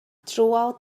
throughout